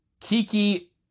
Kiki